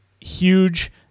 huge